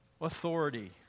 authority